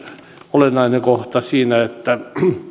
olennainen kohta eli se että